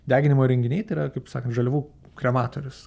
deginimo įrenginiai tai yra kaip sakant žaliavų krematorius